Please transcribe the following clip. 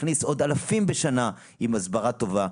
נכניס עוד אלפים בשנה עם הסברה טובה,